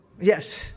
yes